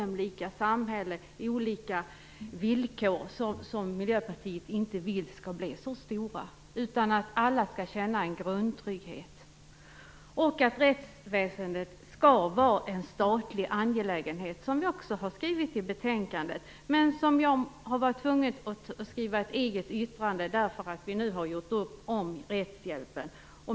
Miljöpartiet vill inte att villkoren skall bli så olika i samhället. Alla skall känna en grundtrygghet, och rättsväsendet skall vara en statlig angelägenhet, vilket vi också har skrivit i betänkandet. Jag har varit tvungen att skriva ett eget yttrande därför att vi har gjort upp om rättshjälpen.